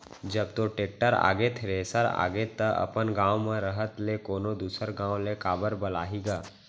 जब तोर टेक्टर आगे, थेरेसर आगे त अपन गॉंव म रहत ले कोनों दूसर गॉंव ले काबर बलाही गा?